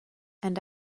and